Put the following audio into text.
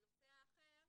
הנושא האחר